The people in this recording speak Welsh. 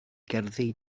gerddi